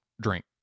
drink